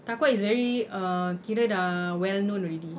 TAQWA is very err kira dah well known already